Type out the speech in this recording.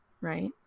right